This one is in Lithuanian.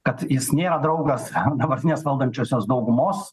kad jis nėra draugas dabartinės valdančiosios daugumos